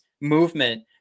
movement